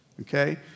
okay